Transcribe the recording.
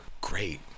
great